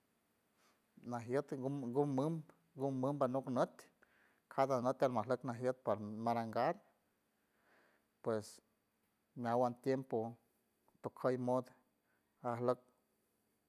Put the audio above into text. Najiet gumum gumum banot nüt cada nüt almajleck najiet parmarangat pues meawan tiempo tokey mod ajluck.